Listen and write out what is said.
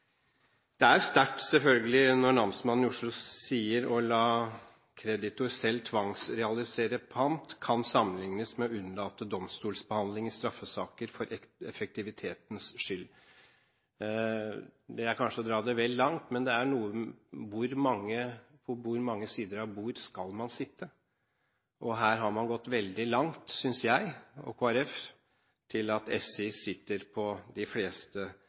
er selvfølgelig sterkt når namsmannen i Oslo sier: «Å la kreditor selv tvangsrealisere pant, kan sammenlignes med å unnlate domstolsbehandling i straffesaker for effektivitetens skyld.» Det er kanskje å dra det vel langt, men det er noe med på hvor mange sider av bordet man skal sitte. Her synes vi i Kristelig Folkeparti at man har gått veldig langt i at SI sitter på de fleste